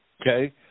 Okay